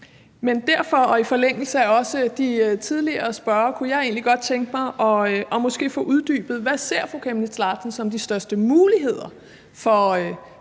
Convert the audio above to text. Men derfor og også i forlængelse af det, de tidligere spørgere spurgte om, kunne jeg egentlig godt tænke mig måske at få uddybet, hvad fru Aaja Chemnitz Larsen ser som de største muligheder for